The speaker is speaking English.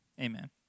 amen